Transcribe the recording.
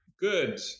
good